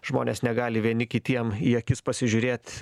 žmonės negali vieni kitiem į akis pasižiūrėt